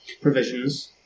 provisions